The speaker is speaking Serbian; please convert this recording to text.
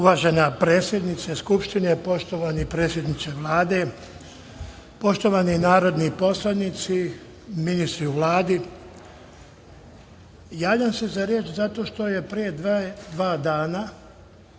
Uvažena predsednice Skupštine, poštovani predsedniče Vlade, poštovani narodni poslanici, ministri u Vladi, javljam se za reč zato što je pre dva dana,